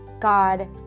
God